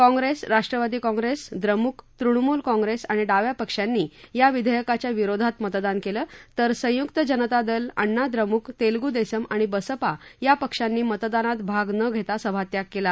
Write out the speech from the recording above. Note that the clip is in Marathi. काँप्रेस राष्ट्रवादी काँप्रेस द्रमुक तृणमूल काँप्रेस आणि डाव्या पक्षांनी या विधेयकाच्या विरोधात मतदान केलं तर संयुक्त जनता दल अण्णा द्रमुक तेलगू देसम आणि बसपा या पक्षांनी मतदानात भाग न घेता सभात्याग केला